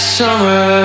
summer